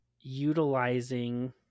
utilizing